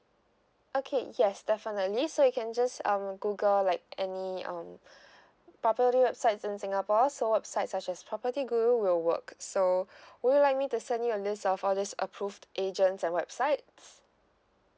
okay yes definitely so you can just um google like any um property websites in singapore so websites such as property guru will work so would you like me to send you a list of all this approved agents and websites